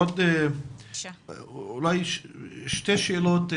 שתי שאלות.